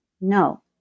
No